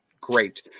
great